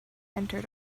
entered